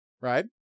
Right